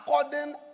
according